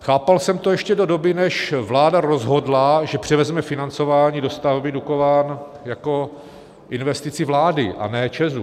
Chápal jsem to ještě do doby, než vláda rozhodla, že převezme financování dostavby Dukovan jako investici vlády, a ne ČEZu.